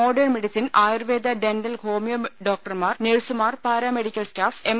modern medicine Ayurveda dental homoeo ഡോക്ടർമാർ നഴ്സുമാർ paramedical staff M